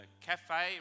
cafe